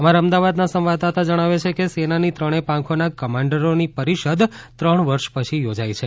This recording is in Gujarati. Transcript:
અમારા અમદાવાદના સંવાદદાતા જણાવે છે કે સેનાની ત્રણેય પાંખોના કમાન્ડરોની પરીષદ ત્રણ વર્ષ પછી યોજાઇ છે